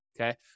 okay